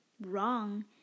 wrong